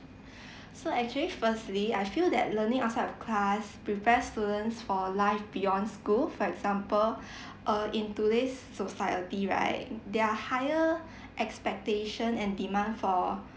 so actually firstly I feel that learning outside of class prepare students for life beyond school for example uh in today's society right there are higher expectation and demand for